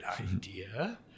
idea